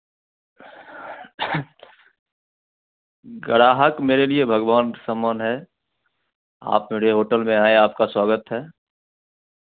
ग्राहक मेरे लिए भगवान के समान है आप मेरे होटल में आए आपका स्वागत है